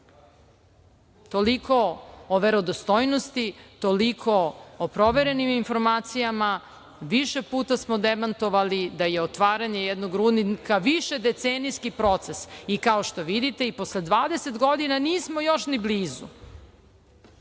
Toliko o verodostojnosti, toliko o proverenim informacijama. Više puta smo demantovali da je otvaranje jednog rudnika višedecenijski proces. Kao što vidite, i posle 20 godina nismo još ni blizu,